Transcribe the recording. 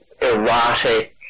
erotic